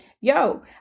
yo